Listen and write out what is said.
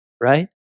right